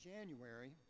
January